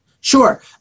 sure